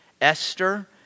Esther